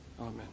Amen